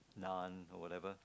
naan or whatever